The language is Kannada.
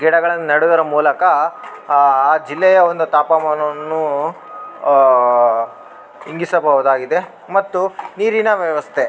ಗಿಡಗಳನ್ನ ನೆಡೋದರ ಮೂಲಕ ಆ ಜಿಲ್ಲೆಯ ಒಂದು ತಾಪಮಾನವನ್ನೂ ಇಂಗಿಸಬಹುದಾಗಿದೆ ಮತ್ತು ನೀರಿನ ವ್ಯವಸ್ಥೆ